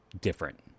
different